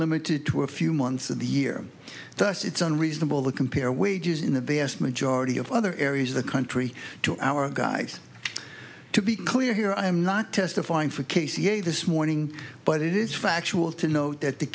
limited to a few months of the year thus it's unreasonable to compare wages in the vast majority of other areas of the country to our guys to be clear here i am not testifying for casey a this morning but it is factual to note that the